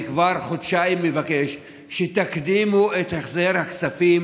אני כבר חודשיים מבקש שתקדימו את החזר הכספים